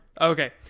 Okay